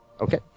Okay